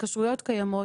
התקשרויות קיימות,